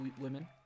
women